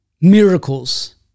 miracles